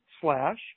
slash